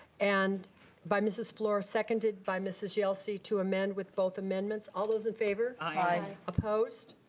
and by mrs. flor seconded by mrs. yelsey, to amend with both amendments. all those in favor. aye. opposed?